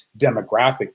demographic